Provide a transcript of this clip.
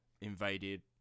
invaded